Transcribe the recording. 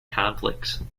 conflicts